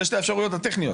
אלו שתי האפשרויות הטכניות,